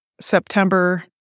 september